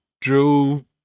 drew